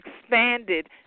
expanded